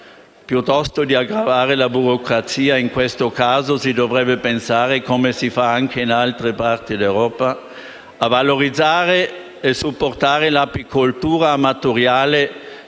Piuttosto di aggravare la burocrazia, in questo caso si dovrebbe pensare - come si fa anche in altre parti d'Europa - a valorizzare e supportare l'apicoltura amatoriale